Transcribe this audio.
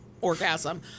orgasm